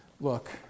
Look